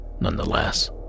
nonetheless